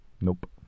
Nope